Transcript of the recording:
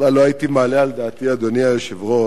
בכלל לא הייתי מעלה על דעתי, אדוני היושב-ראש,